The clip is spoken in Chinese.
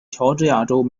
乔治亚州